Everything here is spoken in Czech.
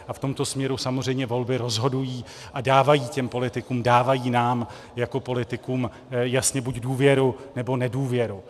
A v tomto směru samozřejmě volby rozhodují a dávají politikům, dávají nám jako politikům jasně buď důvěru, nebo nedůvěru.